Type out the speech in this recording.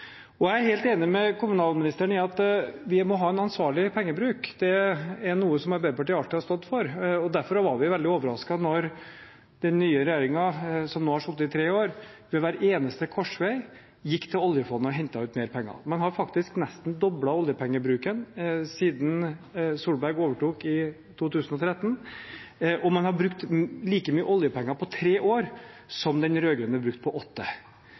Jeg er helt enig med kommunalministeren i at vi må ha en ansvarlig pengebruk, det er noe som Arbeiderpartiet alltid har stått for. Derfor var vi veldig overrasket da den nye regjeringen, som nå har sittet i tre år, ved hver eneste korsvei gikk til oljefondet og hentet ut mer penger. Man har faktisk nesten doblet oljepengebruken siden Solberg overtok i 2013, og man har brukt like mye oljepenger på tre år som den rød-grønne brukte på åtte.